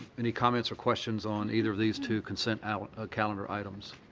any comments or questions on either of these two consent ah ah calendar items?